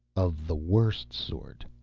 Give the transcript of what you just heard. of the worst sort.